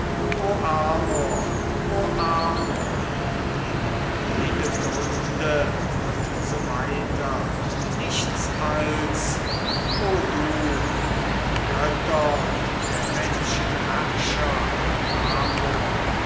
amor o amor in jedem munde u s w nichts als o du der götter und der menschen herrscher amor